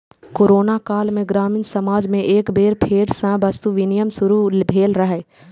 corona काल मे ग्रामीण समाज मे एक बेर फेर सं वस्तु विनिमय शुरू भेल रहै